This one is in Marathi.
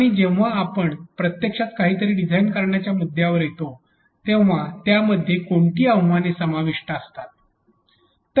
आणि जेव्हा आपण प्रत्यक्षात काहीतरी डिझाइन करण्याच्या मुद्यांवर येतो तेव्हा त्यामध्ये कोणती आव्हाने समाविष्ट असतात